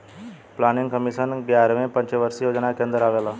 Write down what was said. planning commission एग्यारहवी पंचवर्षीय योजना के अन्दर आवेला